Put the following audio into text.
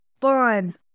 fun